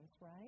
right